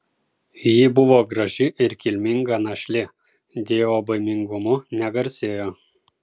ji buvo graži ir kilminga našlė dievobaimingumu negarsėjo